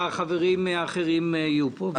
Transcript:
והחברים האחרים יהיו פה,